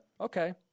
okay